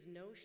no